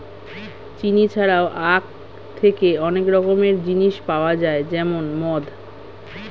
চিনি ছাড়াও আখ থেকে অনেক রকমের জিনিস পাওয়া যায় যেমন মদ